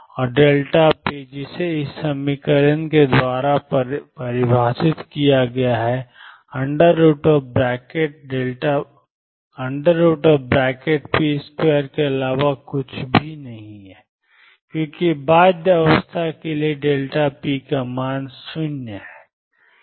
और p जिसे ⟨p2⟩ ⟨p⟩2 के रूप में परिभाषित किया गया है ⟨p2⟩ के अलावा कुछ भी नहीं है क्योंकि बाध्य अवस्था के लिए p का मान 0 है